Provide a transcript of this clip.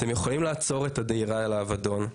אתם יכולים לעצור את הדהירה אל האבדון.